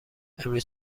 امروز